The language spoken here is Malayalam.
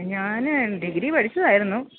ഞാൻ ഡെയിലി പഠിച്ചതായിരുന്നു